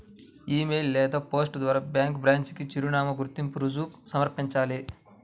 ఇ mail లేదా post ద్వారా bank branch కి చిరునామా, గుర్తింపు రుజువు సమర్పించాలి